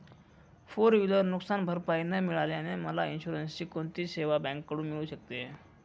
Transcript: Four wheeler नुकसानभरपाई न मिळाल्याने मला इन्शुरन्सची कोणती सेवा बँकेकडून मिळू शकते?